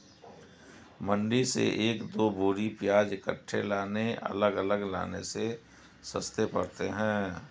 मंडी से एक दो बोरी प्याज इकट्ठे लाने अलग अलग लाने से सस्ते पड़ते हैं